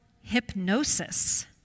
hypnosis